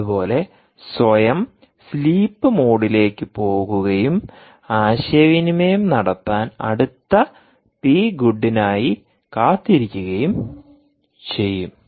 അതുപോലെ സ്വയം സ്ലീപ്പ് മോഡിലേക്ക് പോകുകയും ആശയവിനിമയം നടത്താൻ അടുത്ത പി ഗുഡ് നായി കാത്തിരിക്കുകയും ചെയ്യും